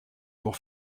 pour